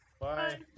Bye